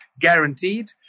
guaranteed